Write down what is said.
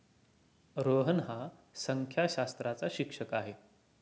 रोहन हा संख्याशास्त्राचा शिक्षक आहे